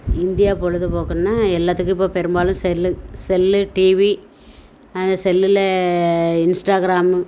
India பொழுதுபோக்குன்னா எல்லாத்துக்கும் இப்போ பெரும்பாலும் செல்லு செல்லு டிவி செல்லில் இன்ஸ்டாகிராமு